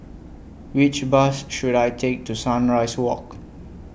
Which Bus should I Take to Sunrise Walk